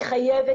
היא חייבת.